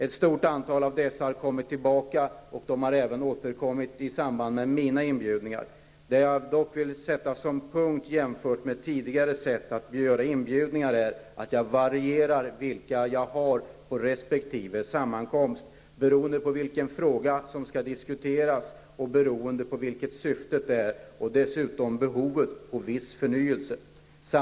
Ett stort antal av dessa har kommit tillbaka, och de har även återkommit i samband med mina inbjudningar. Jag vill dock understryka att jag nu, till skillnad från hur det tidigare har gått till vid sådana inbjudningar, varierar vilka som deltar vid resp. sammankomst. Vilka som deltar beror på vilken fråga som skall diskuteras och på vilket syftet är. Dessutom har behovet av viss förnyelse bidragit till denna nyordning.